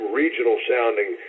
regional-sounding